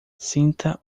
sinta